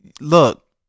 look